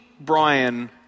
Brian